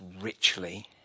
richly